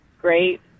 great